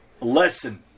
lesson